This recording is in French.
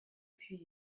puis